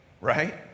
right